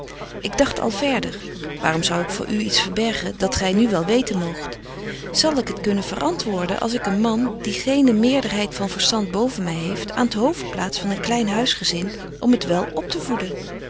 ik dagt al verder waarom zou ik voor u iets verbergen dat gy nu wel weten moogt zal ik het kunnen verantwoorden als ik een man die geene meerderheid van verstand boven my heeft aan t hooft plaats van een klein huisgezin om het wel optevoeden een